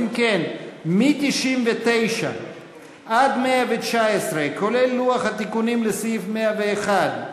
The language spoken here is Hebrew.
אם כן, מ-99 עד 119, כולל לוח התיקונים לסעיף 101,